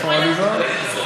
איפה עליזה?